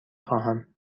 خواهم